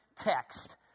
text